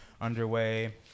underway